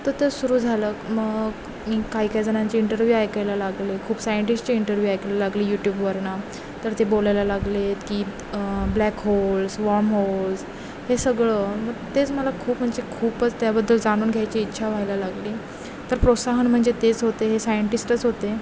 तर तर सुरू झालं मग मी काही काही जणांची इंटरव्ह्यू ऐकायला लागले खूप सायंटिशचे इंटरव्ह्यू ऐकायला लागली यूट्यूबवरनं तर ते बोलायला लागलेत की ब्लॅक होल्स वॉर्महोल्स हे सगळं मग तेच मला खूप म्हणजे खूपच त्याबद्दल जाणून घ्यायची इच्छा व्हायला लागली तर प्रोत्साहन म्हणजे तेच होते हे सायंटिस्टच होते